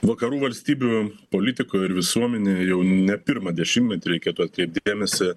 vakarų valstybių politikoj ir visuomenėj jau ne pirmą dešimtmetį reikėtų atkreipt dėmesį